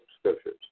scriptures